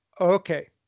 Okay